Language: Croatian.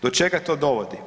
Do čega to dovodi?